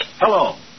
Hello